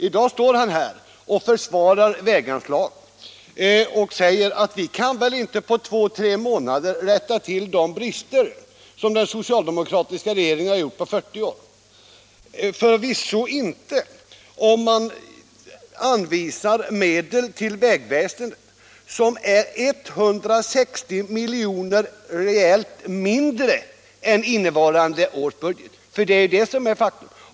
I dag försvarar han väganslagen och säger att man inte på två tre månader kan rätta till de brister som den socialdemokratiska regeringen har åstadkommit under 40 år. Förvisso kan man inte det, om man till vägväsendet anvisar ett belopp, som är 160 milj.kr. mindre än beloppet i innevarande års budget. Så är ju fallet.